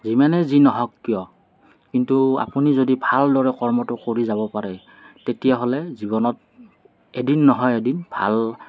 যিমানে যি নহওঁক কিয় কিন্তু আপুনি যদি ভালদৰে কৰ্মটো কৰি যাব পাৰে তেতিয়াহ'লে জীৱনত এদিন নহয় এদিন ভাল